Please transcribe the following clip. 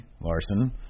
Larson